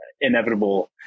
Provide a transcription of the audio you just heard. inevitable